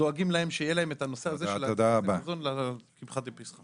דואגים להן שיהיה להן כרטיסי מזון לקמחא דפסחא.